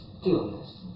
stillness